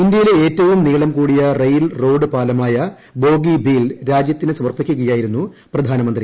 ഇന്ത്യയിലെ ഏറ്റവും നീളം കൂടിയ റെയിൽ റോഡ് പാലമായ ബോഗിബീൽ രാജ്യത്തിന് സമർപ്പിക്കുകയായിരുന്നു പ്രധാനമന്ത്രി